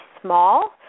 small